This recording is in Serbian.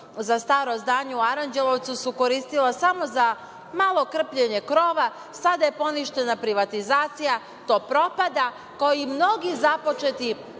za „Staro zdanje“ u Aranđelovcu su koristila samo za malo krpljenje krova. Sada je poništena privatizacija, to propada, kao i mnogi započeti